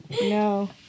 No